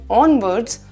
onwards